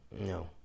No